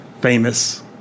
famous